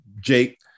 Jake